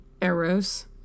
Eros